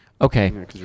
Okay